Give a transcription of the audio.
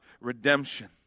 redemption